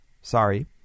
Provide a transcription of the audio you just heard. Sorry